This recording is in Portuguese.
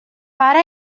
para